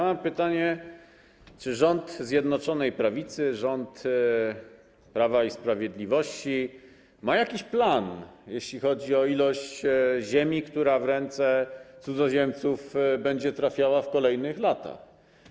Mam pytanie: Czy rząd Zjednoczonej Prawicy, rząd Prawa i Sprawiedliwości ma jakiś plan, jeśli chodzi o ilość ziemi, która w ręce cudzoziemców będzie trafiała w kolejnych latach?